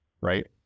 right